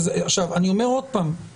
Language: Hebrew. עכשיו, אני אומר עוד פעם,